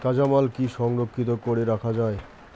কাঁচামাল কি সংরক্ষিত করি রাখা যায়?